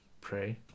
pray